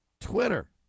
twitter